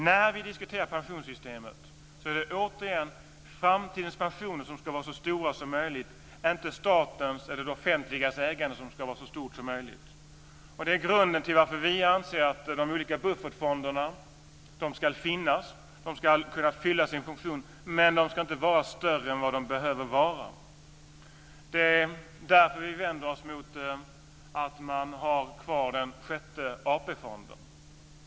När vi diskuterar pensionssystemet är det återigen framtidens pensioner som ska vara så stora som möjligt och inte statens eller det offentligas ägande som ska vara så stort som möjligt. Det är grunden till varför vi anser att de olika buffertfonderna ska finnas. De ska kunna fylla sin funktion, men de ska inte vara större än vad de behöver vara. Det är därför vi vänder oss mot att man har kvar den sjätte AP-fonden.